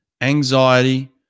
anxiety